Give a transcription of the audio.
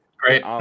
Great